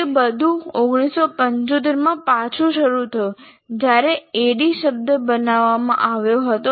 તે બધું 1975 માં પાછું શરૂ થયું જ્યારે ADDIE શબ્દ બનાવવામાં આવ્યો હતો